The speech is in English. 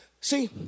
See